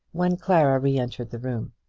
when clara re-entered the room.